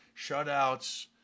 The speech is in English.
shutouts